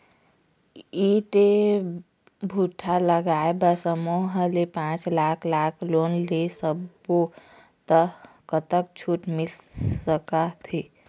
ईंट भट्ठा लगाए बर समूह ले पांच लाख लाख़ लोन ले सब्बो ता कतक छूट मिल सका थे?